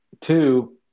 Two